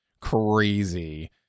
crazy